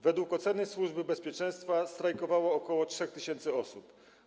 Według oceny Służby Bezpieczeństwa strajkowało ok. 3 tys. osób.